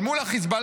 אבל מול החיזבאללה,